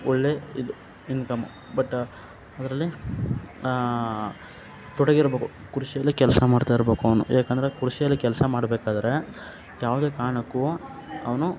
ಒಳ್ಳೆ ಇದು income but ಅದರಲ್ಲಿ ತೊಡಗಿರ್ಬೇಕು ಕೃಷಿಯಲ್ಲಿ ಕೆಲಸ ಮಾಡ್ತಾ ಇರಬೇಕು ಅವನು ಯಾಕಂದ್ರೆ ಕೃಷಿಯಲ್ಲಿ ಕೆಲಸ ಮಾಡಬೇಕಾದ್ರೆ ಯಾವುದೇ ಕಾರಣಕ್ಕೂ ಅವನು